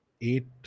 eight